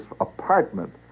apartment